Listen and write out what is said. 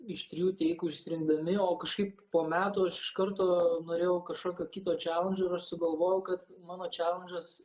iš trijų teikų išsirinkdami o kažkaip po metų aš iš karto norėjau kažkokio kito čelandžo ir sugalvojau kad mano čelandžas